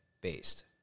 based